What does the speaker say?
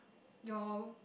your